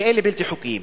שהבתים האלה בלתי חוקיים.